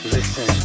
Listen